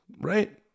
Right